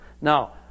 Now